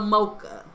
Mocha